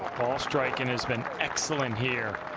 striking has been excellent here